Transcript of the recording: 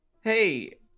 Hey